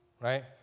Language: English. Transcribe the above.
right